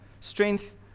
strength